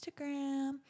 Instagram